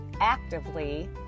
actively